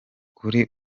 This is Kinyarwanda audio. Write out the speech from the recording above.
kuri